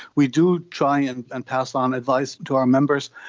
we do try and and pass on advice to our members,